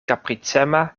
kapricema